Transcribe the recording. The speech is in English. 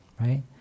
right